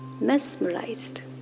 mesmerized